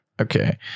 Okay